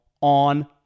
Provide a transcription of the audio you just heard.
on